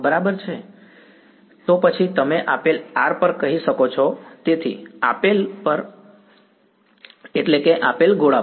બરાબર છે તો પછી તમે આપેલ r પર કહી શકો છો તેથી આપેલ પર એટલે કે આપેલ ગોળા પર